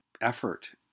effort